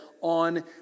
on